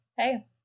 hey